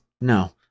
no